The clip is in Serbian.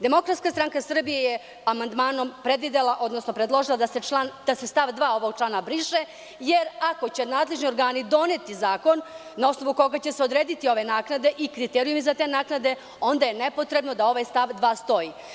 Demokratska stranka Srbije je amandmanom predvidela, odnosno predložila da se stav 2. ovog člana briše, jer ako će nadležni organi doneti zakon na osnovu koga će se odrediti ove naknade i kriterijumi za te naknade, onda je nepotrebno da ovaj stav 2. stoji.